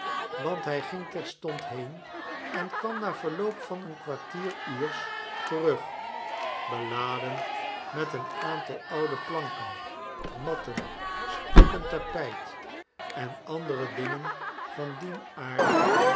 want hij ging terstond heen en kwam na verloop van een kwartieruurs terug beladen met een aantal oude planken matten stukken tapijt en andere dingen van dien aard